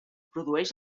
produeix